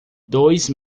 dois